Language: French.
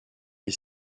les